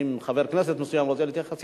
אם חבר כנסת מסוים רוצה להתייחס,